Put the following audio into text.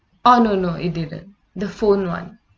oh no no it didn't the phone [one]